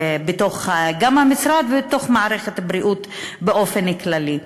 גם בתוך המשרד ובתוך מערכת הבריאות באופן כללי.